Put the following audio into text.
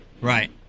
Right